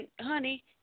honey